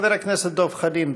חבר הכנסת דב חנין,